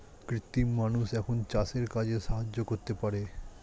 কৃত্রিম মানুষ এখন চাষের কাজে সাহায্য করতে পারে